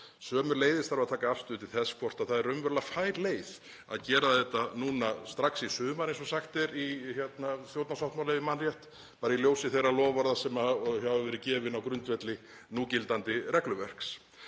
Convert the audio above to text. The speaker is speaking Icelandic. Sömuleiðis þarf að taka afstöðu til þess hvort það er raunverulega fær leið að gera þetta núna strax í sumar, eins og sagt er í stjórnarsáttmála, ef ég man rétt, í ljósi þeirra loforða sem hafa verið gefin á grundvelli núgildandi regluverks.